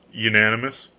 unanimous?